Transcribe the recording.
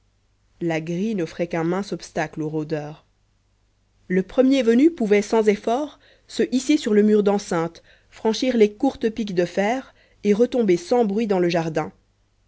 la grille n'offrait qu'un mince obstacle aux rôdeurs le premier venu pouvait sans effort se hisser sur le mur d'enceinte franchir les courtes piques de fer et retomber sans bruit dans le jardin